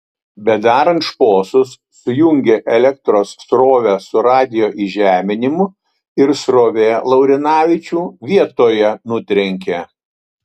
bedarant šposus sujungė elektros srovę su radijo įžeminimu ir srovė laurinavičių vietoje nutrenkė